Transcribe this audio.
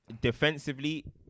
defensively